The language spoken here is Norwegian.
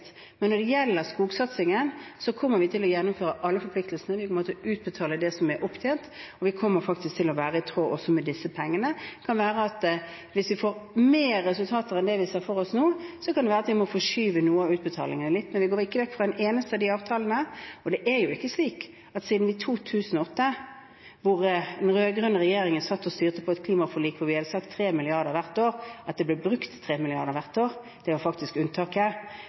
Når det gjelder skogsatsingen, kommer vi til å gjennomføre alle forpliktelsene, vi kommer til å utbetale det som er opptjent, og disse pengene kommer i tråd med det. Hvis vi får andre resultater enn det vi ser for oss nå, kan det være at vi må forskyve noen av utbetalingene litt, men vi går ikke bort fra en eneste avtale. Det er ikke slik som i 2008, da den rød-grønne regjeringen satt og styrte på et klimaforlik, da vi sa at vi skulle bruke 3 mrd. kr hvert år, at det ble brukt 3 mrd. kr hvert år – det var faktisk unntaket.